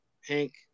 Hank